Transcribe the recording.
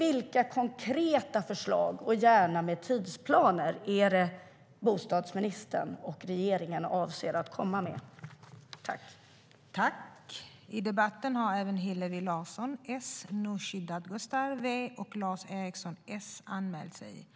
Vilka konkreta förslag och tidsplaner är det som bostadsministern och regeringen avser att komma med?